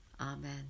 Amen